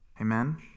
Amen